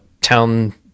town